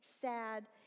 sad